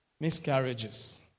miscarriages